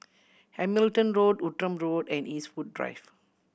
Hamilton Road Outram Road and Eastwood Drive